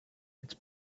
its